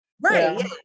right